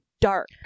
dark